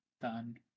done